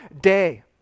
day